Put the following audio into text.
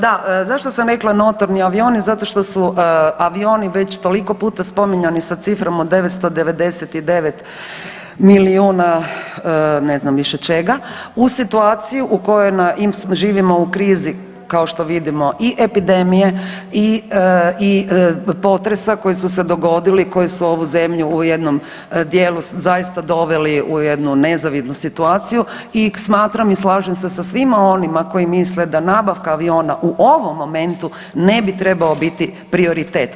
Da, zašto sam rekla notorni avioni zato što su avioni već toliko puta spominjani sa cifrom od 999 milijuna, ne znam više čega u situaciji u kojoj živimo u krizi kao što vidimo i epidemije i potresa koji su se dogodili, koji su ovu zemlju u jednom dijelu zaista doveli u jednu nezavidnu situaciju i smatram i slažem se sa svima onima koji misle da nabavka aviona u ovom momentu ne bi trebao biti prioritet.